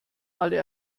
alle